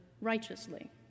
righteously